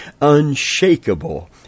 unshakable